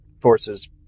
forces